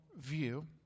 view